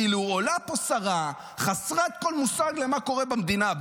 כאילו עולה פה שרה חסרת כל מושג על מה שקורה במדינה,